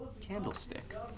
Candlestick